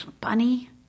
bunny